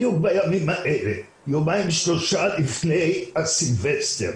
בדיוק בימים האלה, יומיים שלושה לפני הסילבסטר,